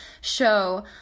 show